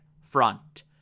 front